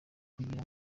kugira